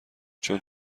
چون